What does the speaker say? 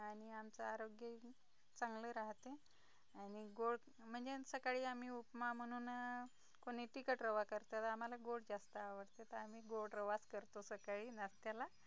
आणि आमचं आरोग्यही चांगलं राहते आणि गोड म्हणजे सकाळी आम्ही उपमा म्हनून कोणी तिखट रवा करत तर आम्हाला गोड जास्त आवडते तर आम्ही गोड रवाच करतो सकाळी नास्त्याला